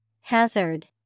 hazard